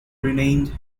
renamed